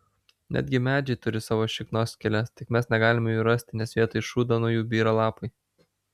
netgi medžiai turi savo šiknos skyles tik mes negalime jų rasti nes vietoj šūdo nuo jų byra lapai